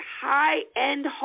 high-end